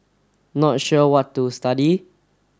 not sure what to study